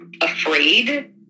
afraid